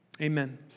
Amen